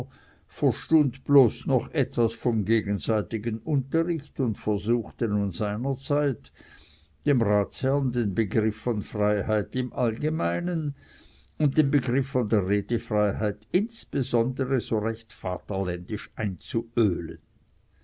verstund bloß noch etwas vom gegenseitigen unterricht und versuchte nun seinerseits dem ratsherrn den begriff von freiheit im allgemeinen und den begriff von der redefreiheit insbesondere so recht vaterländisch einzuölen